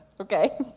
Okay